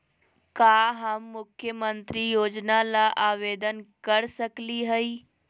का हम मुख्यमंत्री योजना ला आवेदन कर सकली हई?